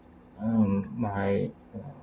mm my